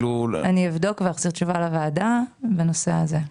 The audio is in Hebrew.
אני אבדוק ואחזיר תשובה לוועדה בנושא הזה.